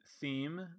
theme